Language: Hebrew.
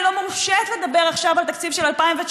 היא לא מורשית לדבר עכשיו על תקציב של 2019,